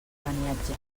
beniatjar